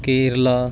Kerala